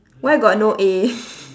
why got no A